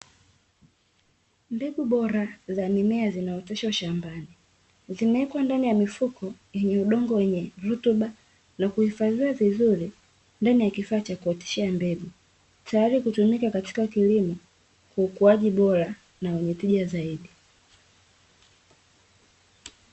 Mbegu bora za mimea zinaoteshwa shambani, zimewekwa ndani ya mifuko yenye udongo wenye rutuba na kuhifadhiwa vizuri ndani ya kifaa cha kuoteshea mbegu, tayari kutumika katika kilimo kwa ukuaji bora na wenye tija zaidi.